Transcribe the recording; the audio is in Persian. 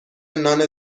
نان